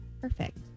Perfect